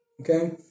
Okay